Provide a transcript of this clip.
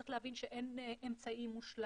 צריך להבין שאין אמצעי מושלם.